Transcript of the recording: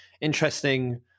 interesting